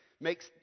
makes